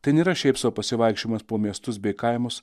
tai nėra šiaip sau pasivaikščiojimas po miestus bei kaimus